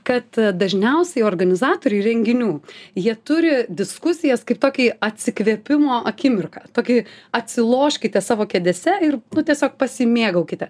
kad dažniausiai organizatoriai renginių jie turi diskusijas kaip tokį atsikvėpimo akimirką tokį atsiloškite savo kėdėse ir nu tiesiog pasimėgaukite